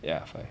ya five